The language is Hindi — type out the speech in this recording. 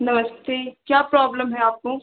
नमस्ते क्या प्रॉब्लम है आपको